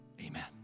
Amen